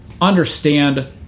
understand